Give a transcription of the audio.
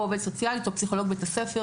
עובד סוציאלי או פסיכולוג בית הספר.